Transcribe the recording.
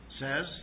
says